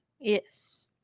yes